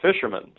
fishermen